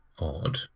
odd